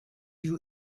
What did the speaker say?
you